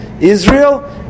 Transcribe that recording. Israel